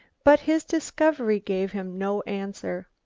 but his discovery gave him no answer.